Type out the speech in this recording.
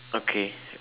okay